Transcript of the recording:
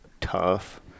tough